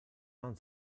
non